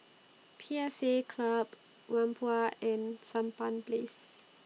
P S A Club Whampoa and Sampan Place